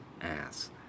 ass